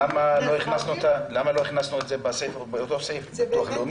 אז למה לא הכנסנו את זה באותו סעיף, ביטוח לאומי?